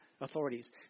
authorities